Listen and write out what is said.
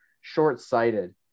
short-sighted